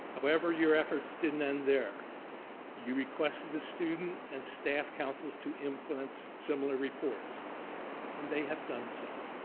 however your efforts didn't end there you requested the student and staff councils to implement similar reports and they have done. so.